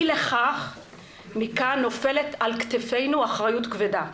אי לכך, נופלת על כתפינו אחריות כבדה.